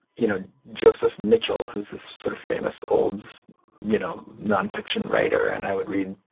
you know joseph mitchell, who's this sort of famous old you know nonfiction writer. and i would read